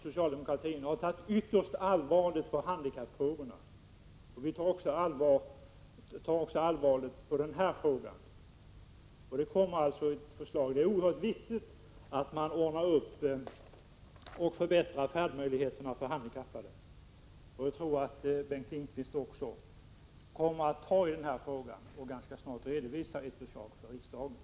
Socialdemokratin har tagit ytterst allvarligt på handikappfrågorna, och vi tar allvarligt också på den här frågan. Det är oerhört viktigt att ordna upp och förbättra färdmöjligheterna för handikappade. Jag tror att Bengt Lindqvist kommer att ta tag i den frågan ganska snart och överlämna ett förslag till riksdagen.